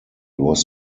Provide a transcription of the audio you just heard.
was